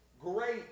great